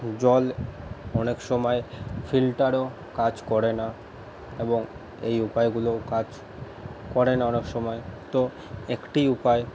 জল অনেক সময় ফিল্টারেও কাজ করে না এবং এই উপায়গুলো কাজ করে না অনেক সময় তো একটি উপায়